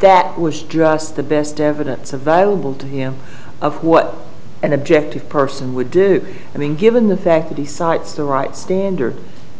that was just the best evidence available to him of what an objective person would do and then given the fact that he cites the right standard